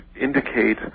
indicate